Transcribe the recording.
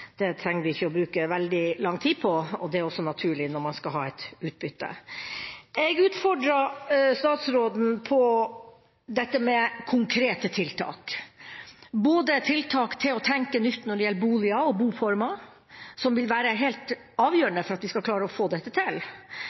er også naturlig når man skal ha et utbytte. Jeg utfordret statsråden på for det første dette med konkrete tiltak når det gjelder å tenke nytt om boliger og boformer, som vil være helt avgjørende for at vi skal klare å få dette til.